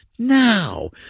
Now